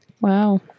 Wow